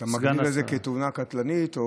אתה מגדיר את זה כתאונה קטלנית או